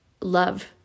love